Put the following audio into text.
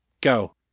Go